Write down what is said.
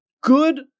good